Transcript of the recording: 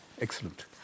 Excellent